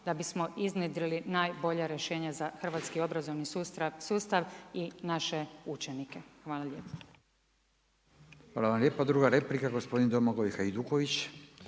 da bismo iznjedrili najbolja rješenja za hrvatski obrazovni sustav i naše učenike. Hvala lijepo. **Radin, Furio (Nezavisni)** Hvala